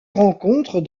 rencontre